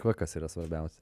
va kas yra svarbiausia